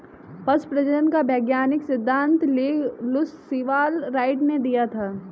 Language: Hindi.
पशु प्रजनन का वैज्ञानिक सिद्धांत जे लुश सीवाल राइट ने दिया था